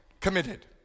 committed